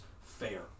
fair